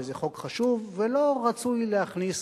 וזה חוק חשוב ולא רצוי להכניס